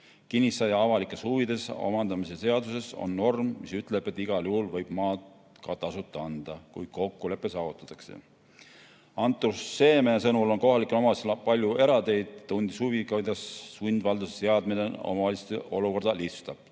Kinnisasja avalikes huvides omandamise seaduses on norm, mis ütleb, et igal juhul võib maad ka tasuta anda, kui kokkulepe saavutatakse. Andrus Seeme sõnul on kohalikel omavalitsustel palju erateid. Ta tundis huvi, kuidas sundvalduse seadmine omavalitsuste olukorda lihtsustab.